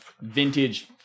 vintage